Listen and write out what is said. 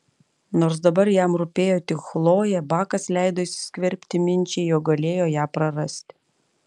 nors dabar jam rūpėjo tik chlojė bakas leido įsiskverbti minčiai jog galėjo ją prarasti